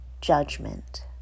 judgment